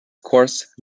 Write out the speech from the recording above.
course